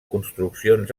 construccions